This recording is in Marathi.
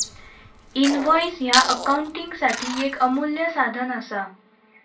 इनव्हॉइस ह्या अकाउंटिंगसाठी येक अमूल्य साधन असा